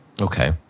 Okay